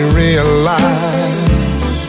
realize